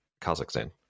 Kazakhstan